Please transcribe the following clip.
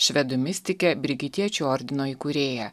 švedų mistikę brigitiečių ordino įkūrėją